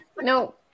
No